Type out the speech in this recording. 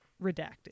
Redacted